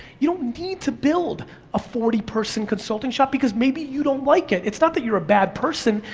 you don't need to build a forty person consulting shop, because maybe you don't like it. it's not that you're a bad person,